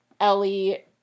Ellie